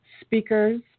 speakers